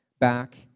back